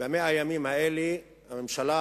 ב-100 הימים האלה הממשלה